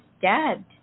Dad